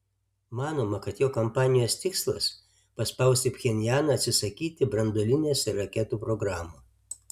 manoma kad jo kampanijos tikslas paspausti pchenjaną atsisakyti branduolinės ir raketų programų